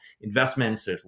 investments